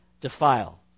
defile